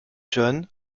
john